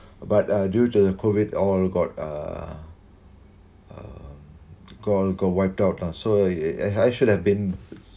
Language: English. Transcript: but uh due to the COVID all got uh uh got got wiped out on so and I should have been